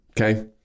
okay